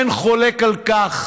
אין חולק על כך